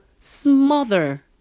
smother